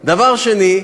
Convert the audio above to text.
דבר שני,